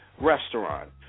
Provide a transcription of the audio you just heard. Restaurant